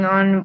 on